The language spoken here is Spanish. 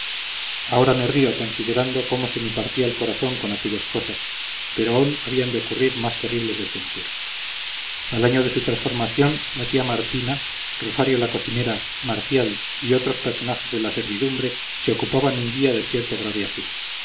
ahora me río considerando cómo se me partía el corazón con aquellas cosas pero aún habían de ocurrir más terribles desventuras al año de su transformación la tía martina rosario la cocinera marcial y otros personajes de la servidumbre se ocupaban un día de cierto grave